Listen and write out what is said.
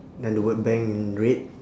then the word bank in red